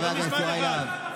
עוד משפט אחד.